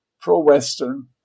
pro-Western